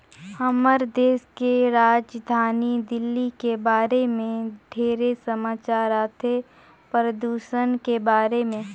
हमर देश के राजधानी दिल्ली के बारे मे ढेरे समाचार आथे, परदूषन के बारे में